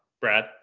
Brad